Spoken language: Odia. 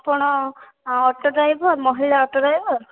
ଆପଣ ଅଟୋ ଡ୍ରାଇଭର୍ ମହିଳା ଅଟୋ ଡ୍ରାଇଭର୍